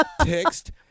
Text